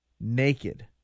naked